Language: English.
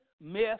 miss